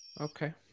Okay